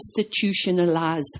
institutionalize